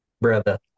brother